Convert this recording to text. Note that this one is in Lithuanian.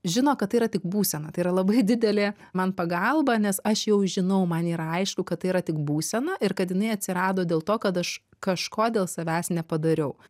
žino kad tai yra tik būsena tai yra labai didelė man pagalba nes aš jau žinau man yra aišku kad tai yra tik būsena ir kad jinai atsirado dėl to kad aš kažko dėl savęs nepadariau